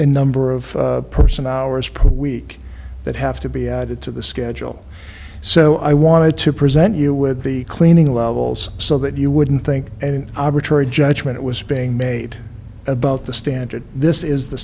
and number of person hours per week that have to be added to the schedule so i wanted to present you with the cleaning levels so that you wouldn't think any judgment was being made about the standard this is the